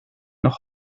noch